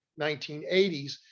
1980s